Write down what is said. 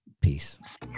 Peace